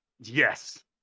yes